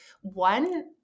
one